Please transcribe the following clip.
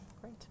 Great